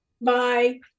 Bye